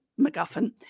MacGuffin